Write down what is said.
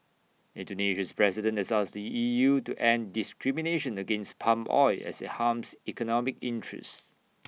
Indonesia's president has asked the E U to end discrimination against palm oil as IT harms economic interests